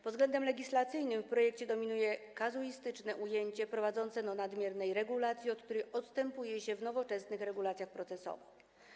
Pod względem legislacyjnym w projekcie dominuje kazuistycznie ujęcie prowadzące do nadmiernej regulacji, od której odstępuje się w nowoczesnych regulacjach procesowych.